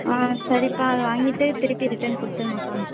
ஆ சரிப்பா அதை வாங்கிட்டு திருப்பி ரிட்டன் கொடுத்துருங்கப்பா